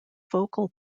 focal